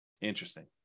Interesting